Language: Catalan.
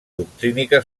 doctrina